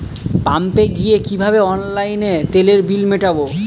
পাম্পে গিয়ে কিভাবে অনলাইনে তেলের বিল মিটাব?